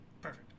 perfect